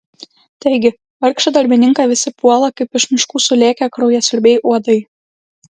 taigi vargšą darbininką visi puola kaip iš miškų sulėkę kraujasiurbiai uodai